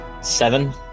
Seven